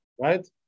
right